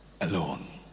alone